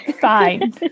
fine